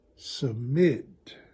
Submit